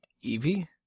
Evie